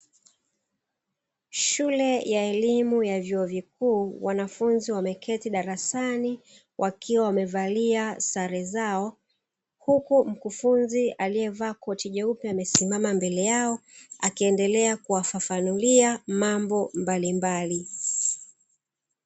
Shule ya elimu ya vyuo vikuu wanafunzi wameketi darasani, huku wakiwa wamevalia sare zao huku mkufukunzi akiwa amevalia koti jeupe amesimama mbele yao akiendelea kuwafafanulia mambo mbalimbali.